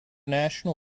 national